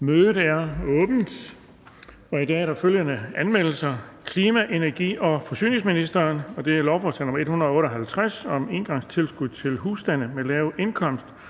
Mødet er åbnet. I dag er der følgende anmeldelser: Klima-, energi- og forsyningsministeren (Dan Jørgensen): Lovforslag nr. L 158 (Forslag til lov om engangstilskud til husstande med lav indkomst